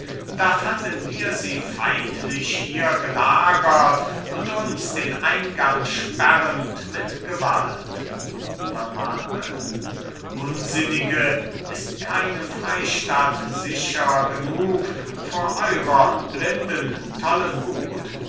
da fanden wir sie feindlich hier gelagert und uns den eingang sperrend mit gewalt don manuel unsinnige ist keine freistatt sicher genug vor eurer blinden tollen wuth